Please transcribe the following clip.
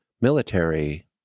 military